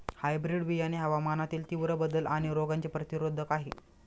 hybrid बियाणे हवामानातील तीव्र बदल आणि रोगांचे प्रतिरोधक आहे